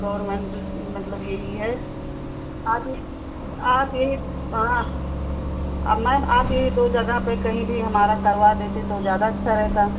जैसे गोरमेंट मतलब यही है आप यही आप यही हाँ मैम आप यही दो जगह पर कही भी हमारा करवा देते तो ज़्यादा अच्छा रहता